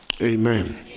Amen